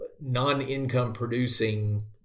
Non-income-producing